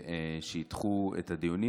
ושידחו את הדיונים,